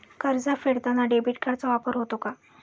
कर्ज फेडताना डेबिट कार्डचा वापर होतो का?